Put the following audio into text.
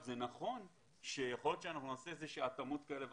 זה נכון שיכול להיות שנעשה איזה שהן התאמות כאלה ואחרות,